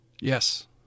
Yes